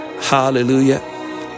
hallelujah